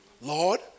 Lord